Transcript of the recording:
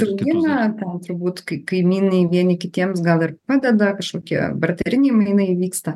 augina ten turbūt kaimynai kitiems gal ir padeda kažkokie barteriniai mainai vyksta